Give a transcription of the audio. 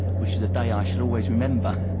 which is a day i shall always remember.